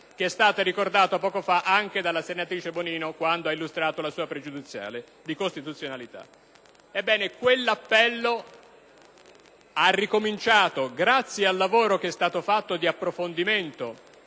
come è stato ricordato poco fa anche dalla senatrice Bonino quando ha illustrato la sua pregiudiziale di costituzionalità. Ebbene, quell'appello ha ricominciato a circolare, grazie al lavoro di approfondimento